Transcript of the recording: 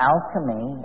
Alchemy